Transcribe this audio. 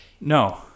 No